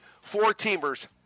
four-teamers